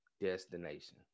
Destination